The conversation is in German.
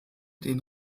den